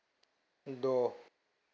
द'